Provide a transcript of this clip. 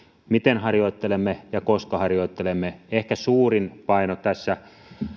miten harjoittelemme ja koska harjoittelemme ehkä suurin paino tässä